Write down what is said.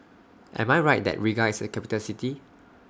Am I Right that Riga IS A Capital City